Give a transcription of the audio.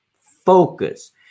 focus